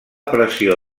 pressió